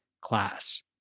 class